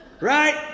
Right